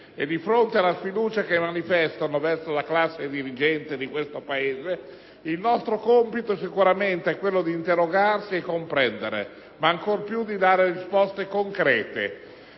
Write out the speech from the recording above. e di fronte alla sfiducia che manifestano verso la classe dirigente di questo Paese, il nostro compito sicuramente equello di interrogarci e di comprendere, ma ancor piu di dare risposte concrete,